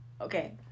okay